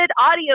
audio